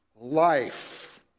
life